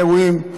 מאירועים.